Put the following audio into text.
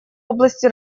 области